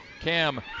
Cam